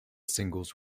singles